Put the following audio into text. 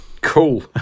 Cool